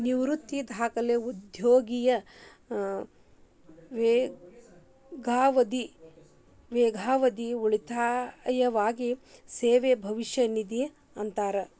ನಿವೃತ್ತಿ ಆದ್ಮ್ಯಾಲೆ ಉದ್ಯೋಗಿಯ ದೇರ್ಘಾವಧಿ ಉಳಿತಾಯವಾಗಿ ಸೇವೆಗೆ ಭವಿಷ್ಯ ನಿಧಿ ಅಂತಾರ